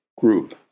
group